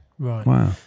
Right